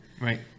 Right